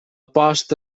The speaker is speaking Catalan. posta